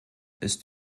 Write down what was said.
ist